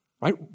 right